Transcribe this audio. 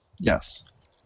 Yes